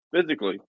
physically